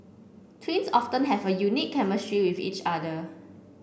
twins often have a unique chemistry with each other